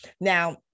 Now